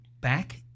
back